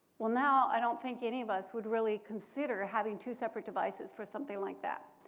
well now, i don't think any of us would really consider having two separate devices for something like that.